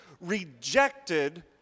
rejected